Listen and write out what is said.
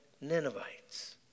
Ninevites